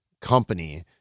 company